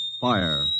Fire